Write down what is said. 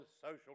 social